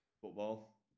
Football